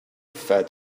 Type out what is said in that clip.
fed